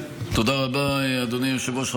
תודה רבה, אדוני היושב-ראש.